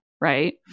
Right